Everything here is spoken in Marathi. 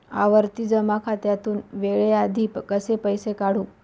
आवर्ती जमा खात्यातून वेळेआधी कसे पैसे काढू?